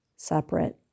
separate